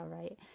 right